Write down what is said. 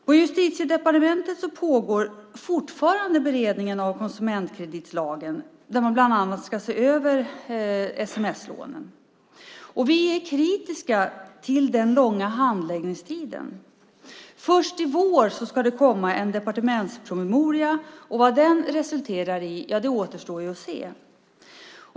På Justitiedepartementet pågår fortfarande beredningen av konsumentkreditlagen, där man bland annat ska se över sms-lånen. Vi är kritiska till den långa handläggningstiden. Först i vår ska det komma en departementspromemoria, och vad den resulterar i, ja, det återstår ju att se.